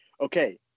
Okay